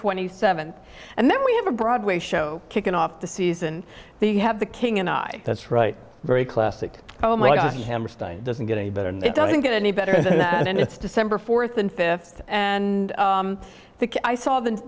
twenty seventh and then we have a broadway show kicking off the season so you have the king and i that's right very classic oh my god he doesn't get any better and it doesn't get any better than that and it's december fourth and fifth and i think i saw th